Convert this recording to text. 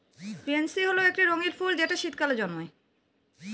pansy হল একটি রঙ্গীন ফুল যেটা শীতকালে জন্মায়